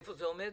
איפה זה עומד?